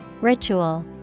Ritual